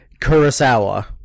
Kurosawa